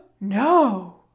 no